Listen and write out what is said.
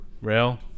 Rail